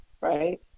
right